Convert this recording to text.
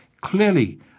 Clearly